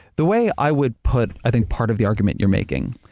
the way i would put, i think, part of the argument you're making.